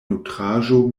nutraĵo